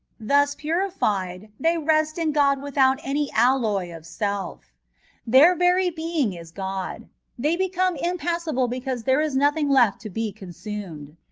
thus purified, they rest in god with out any alloy of self their very being is god they become impassible because there is nothing lefb to be consumed.